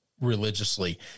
religiously